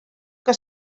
que